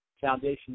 foundation